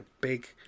big